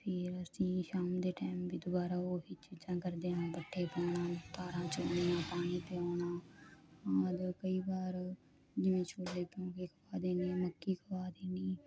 ਫਿਰ ਅਸੀਂ ਸ਼ਾਮ ਦੇ ਟਾਈਮ ਵੀ ਦੁਬਾਰਾ ਉਹੀ ਚੀਜ਼ਾਂ ਕਰਦੇ ਹਾਂ ਪੱਠੇ ਪਾਉਣਾ ਧਾਰਾ ਚੋਣੀਆਂ ਪਾਣੀ ਪਿਆਉਣਾ ਮਤਲਵ ਕਈ ਵਾਰ ਜਿਵੇਂ ਮੱਕੀ ਖਵਾ ਦੇਣੀ